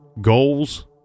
goals